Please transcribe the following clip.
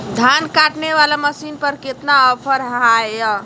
धान काटने वाला मसीन पर कितना ऑफर हाय?